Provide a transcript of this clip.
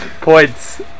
points